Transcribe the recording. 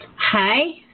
Hi